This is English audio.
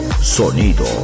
sonido